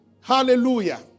Hallelujah